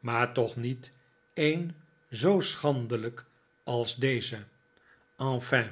maar toch niet een zoo schandelijk als deze enfin